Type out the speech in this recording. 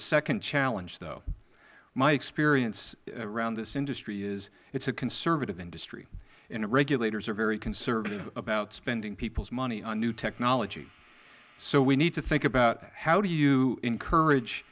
second challenge though my experience around this industry is it is a conservative industry and regulators are very conservative about spending people's money on new technology so we need to think about how do you encourage